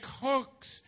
hooks